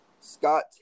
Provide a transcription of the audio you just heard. Scott